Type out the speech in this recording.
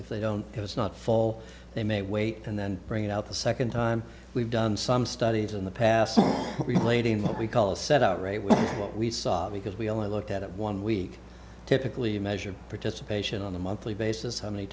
if they don't it's not fall they may wait and then bring out the second time we've done some studies in the past relating what we call a set out rate with what we saw because we only looked at it one week typically measured participation on a monthly basis how many